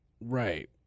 right